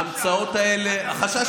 ההמצאות האלה, יש חשש.